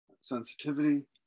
Sensitivity